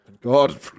God